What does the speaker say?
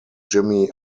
jimmy